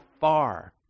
far